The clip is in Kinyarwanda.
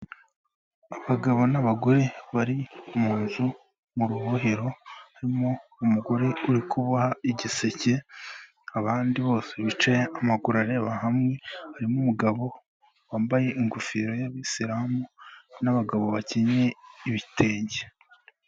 Abagabo n'abagore bari munzu mu rubohero harimo umugore uri kuboha igiseke, abandi bose bicaye amaguru areba hamwe harimo umugabo wambaye ingofero y'abisilamu n'abagabo bakenye ibitenge.